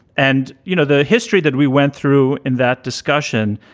and, you know, the history that we went through in that discussion,